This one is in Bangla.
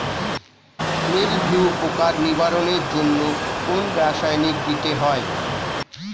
মিলভিউ পোকার নিবারণের জন্য কোন রাসায়নিক দিতে হয়?